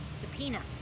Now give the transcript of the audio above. Subpoena